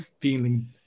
feeling